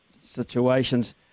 situations